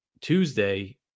Tuesday